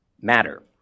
matter